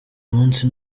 munsi